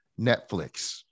Netflix